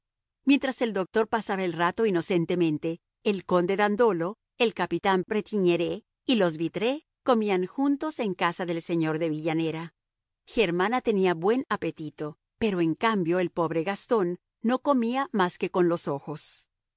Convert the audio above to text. mientras el doctor pasaba el rato inocentemente el conde dandolo el capitán bretignires y los vitré comían juntos en casa del señor de villanera germana tenía buen apetito pero en cambio el pobre gastón no comía más que con los ojos